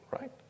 Right